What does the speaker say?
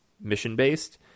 mission-based